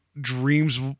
dreams